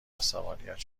عصبانیت